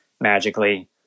magically